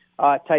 type